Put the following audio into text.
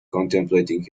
contemplating